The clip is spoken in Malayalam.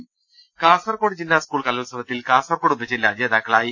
രദേഷ്ടങ കാസർകോട് ജില്ലാ സ്കൂൾ കലോത്സവത്തിൽ കാസർകോട് ഉപജില്ല ജേതാക്കളായി